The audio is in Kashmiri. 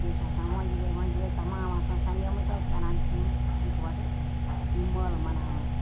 تہٕ بیٚیہِ چھِ آسان مۄنٛجگٕرۍ وۄنٛجگٕرۍ تَمام آسان سَمیمٕتۍ اَتہِ کَران یِم یِکوٹہٕ یِم مٲلہٕ مَناوان